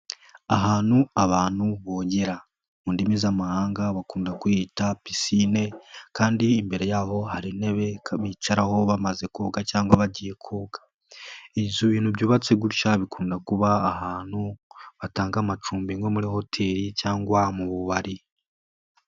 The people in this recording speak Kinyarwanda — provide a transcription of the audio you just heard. Ahantu abantu bogera mu ndimi z'amahanga bakunda kuhita piscine kandi imbere yaho hari intebe bicaraho bamaze koga cyangwa bagiye koga. Ibintu byubatse gutya bikunda kuba ahantu batanga amacumbi nko muri hoteli cyangwa mu bubari.